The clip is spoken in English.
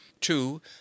two